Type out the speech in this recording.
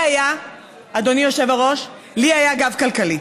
אדוני היושב-ראש, לי היה גב כלכלי.